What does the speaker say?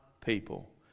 people